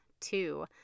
two